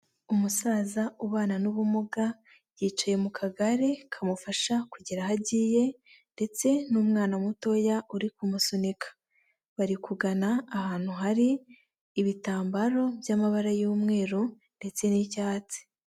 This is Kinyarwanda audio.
Umusaza ubana n'ubumuga yicaye mu kagare kamufasha kugera aho agiye ndetse n'umwana mutoya uri kumusunika bari kugana ahantu hari ibitambaro by'amabara y'umweru ndetse n'icyatsi.